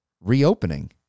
reopening